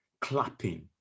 clapping